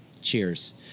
Cheers